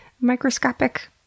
microscopic